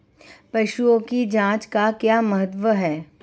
पशुओं की जांच का क्या महत्व है?